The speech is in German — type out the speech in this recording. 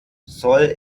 soll